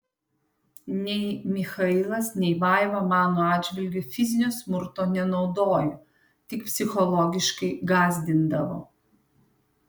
nei michailas nei vaiva mano atžvilgiu fizinio smurto nenaudojo tik psichologiškai gąsdindavo